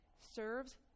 serves